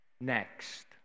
next